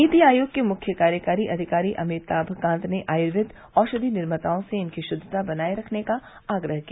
नीति आयोग के मुख्य कार्यकारी अधिकारी अमितान कांत ने आयुर्वेद औषधि निर्माताओं से इनकी शुद्धता बनाये रखने का आग्रह किया